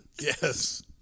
Yes